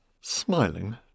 Smiling